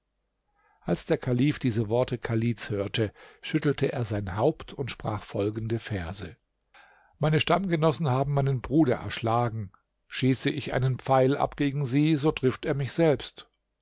als der kalif diese worte chalids hörte schüttelte er sein haupt und sprach folgende verse meine stammgenossen haben meinen bruder erschlagen schieße ich einen pfeil ab gegen sie so trifft er mich selbst